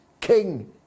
King